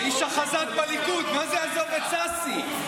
האיש החזק בליכוד, מה זה עזוב את ששי?